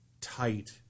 tight